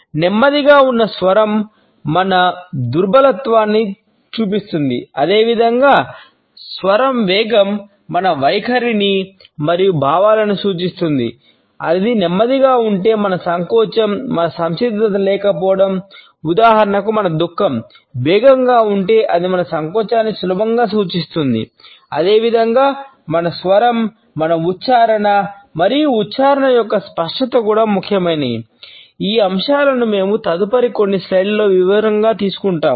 నెమ్మదిగా ఉన్న స్వరం మన దుర్బలత్వాన్ని వివరంగా తీసుకుంటాము